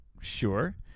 Sure